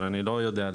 אבל אני לא יודע,